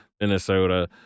Minnesota